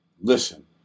Listen